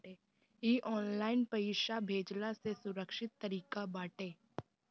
इ ऑनलाइन पईसा भेजला से सुरक्षित तरीका बाटे